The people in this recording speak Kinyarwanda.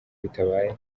bitabaye